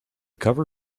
cover